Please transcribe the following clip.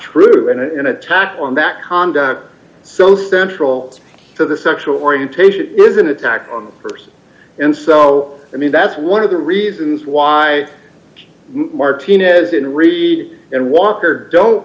an attack on that conduct so central to the sexual orientation is an attack on a person and so i mean that's one of the reasons why martinez and reid and walker don't